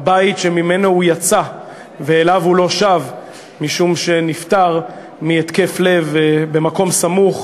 הבית שממנו הוא יצא ואליו הוא לא שב משום שנפטר מהתקף לב במקום סמוך.